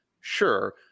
Sure